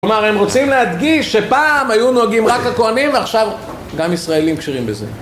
כלומר הם רוצים להדגיש שפעם היו נוהגים רק הכוהנים ועכשיו גם ישראלים קשרים בזה